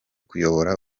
kuyobora